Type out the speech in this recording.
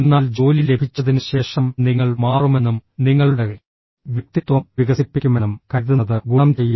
എന്നാൽ ജോലി ലഭിച്ചതിന് ശേഷം നിങ്ങൾ മാറുമെന്നും നിങ്ങളുടെ വ്യക്തിത്വം വികസിപ്പിക്കുമെന്നും കരുതുന്നത് ഗുണം ചെയ്യില്ല